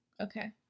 Okay